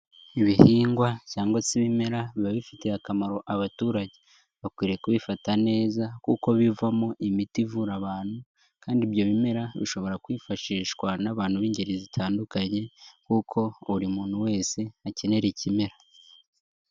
Ibihingwa cyangwa se ibimera biba bifitiye akamaro abaturage, bakwiye kubifata neza kuko bivamo imiti ivura abantu kandi ibyo bimera bishobora kwifashishwa n'abantu b'ingeri zitandukanye kuko buri muntu wese akenera ikimera.